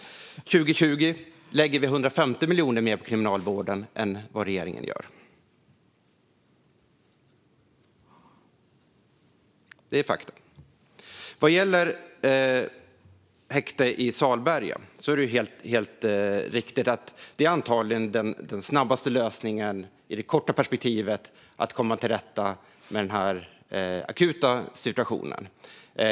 I år lägger vi 150 miljoner mer på Kriminalvården än vad regeringen gör. Det är ett faktum. Vad gäller häktet i Salberga är det nog riktigt att det i det korta perspektivet är den snabbaste lösningen för att komma till rätta med den akuta situationen.